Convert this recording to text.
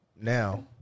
now